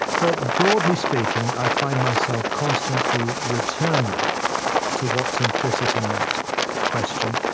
but broadly speaking, i find myself constantly returning to what's implicit in that question.